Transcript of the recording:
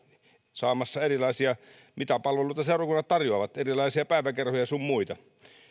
saamassa palveluita mitä seurakunnat tarjoavat erilaisia päiväkerhoja sun muita